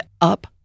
Up